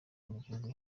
mugihugu